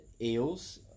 Eels